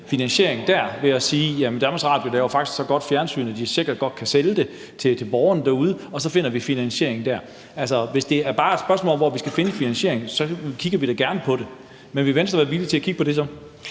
finansiering dér ved at sige, at Danmarks Radio faktisk laver så godt fjernsyn, at de sikkert godt kan sælge det til borgerne derude? Så finder vi finansieringen dér. Altså, hvis det bare er et spørgsmål om, hvor vi skal finde finansiering, kigger vi da gerne på det. Men vil Venstre være villig til at kigge på det?